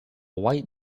white